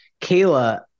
Kayla